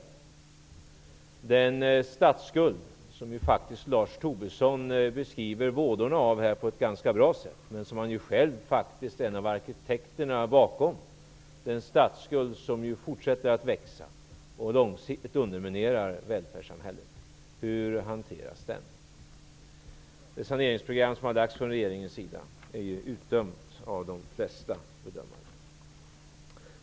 Vidare kommer man att få stå till svars för den statsskuld som ju Lars Tobisson beskriver vådorna av på ett ganska bra sätt, men som han själv faktiskt är en av arkitekterna bakom, den statsskuld som fortsätter att växa och långsiktigt underminerar välfärdssamhället. Hur hanteras den? Det saneringsprogram som regeringen har lagt fram är ju utdömt av de flesta bedömare.